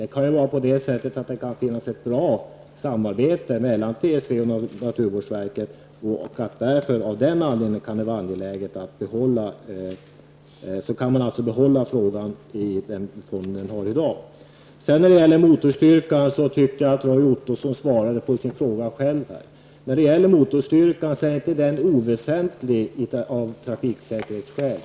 Det kan ju finnas ett bra samarbete mellan TSV och naturvårdsverket och att det av den anledningen kan vara angeläget att låta det vara som i dag. När det gäller motorstyrka tycker jag att Roy Ottosson själv svarade på sin fråga. Motorstyrkan är inte oväsentlig ur trafiksäkerhetssynpunkt.